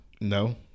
No